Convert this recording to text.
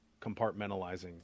compartmentalizing